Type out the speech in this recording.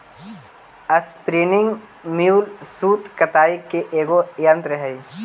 spinning mule सूत कताई के एगो यन्त्र हई